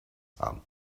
son